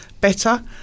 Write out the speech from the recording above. better